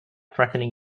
threatening